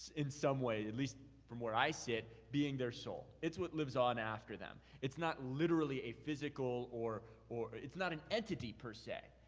in some way, at least from where i sit, being their soul. it's what lives on after them. it's not literally a physical or, it's not an entity, per se.